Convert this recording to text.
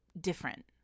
different